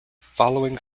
following